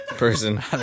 person